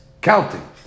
counting